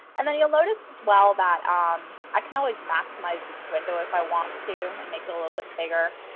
and then you'll notice as well that um i can always maximize this window if i want to and make it a little bit bigger.